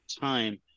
time